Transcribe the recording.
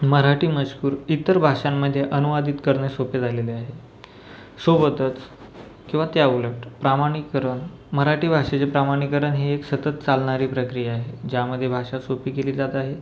मराठी मजकूर इतर भाषांमधे अनुवादित करणे सोपे झालेले आहे सोबतच किंवा त्याउलट प्रमाणीकरण मराठी भाषेचे प्रमाणीकरण हे एक सतत चालणारी प्रक्रिया आहे ज्यामध्ये भाषा सोपी केली जात आहे